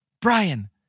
Brian